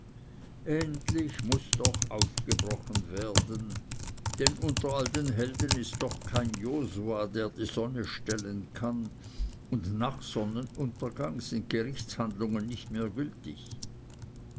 endlich muß doch aufgebrochen werden denn unter all den helden ist denn doch kein josua der die sonne stellen kann und nach sonnenuntergang sind gerichtshandlungen nicht mehr